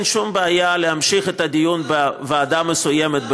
אין שום בעיה להמשיך את הדיון בוועדה מסוימת,